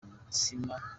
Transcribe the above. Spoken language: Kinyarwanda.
umutsima